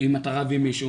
אם אתה רב עם מישהו